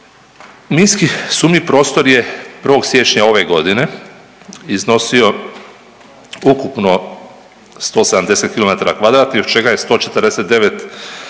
Minski sumnjiv prostor je 1. siječnja ove godine iznosio ukupno 170 kilometara